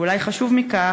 ואולי חשוב מכך,